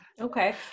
Okay